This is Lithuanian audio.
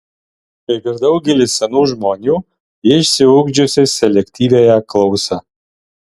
kaip ir daugelis senų žmonių ji išsiugdžiusi selektyviąją klausą